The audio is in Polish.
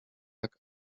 jak